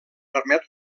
permet